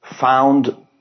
found